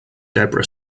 debra